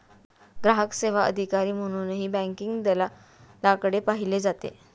ग्राहक सेवा अधिकारी म्हणूनही बँकिंग दलालाकडे पाहिले जाते